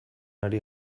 ari